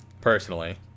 personally